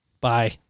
bye